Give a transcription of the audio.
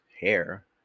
hair